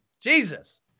Jesus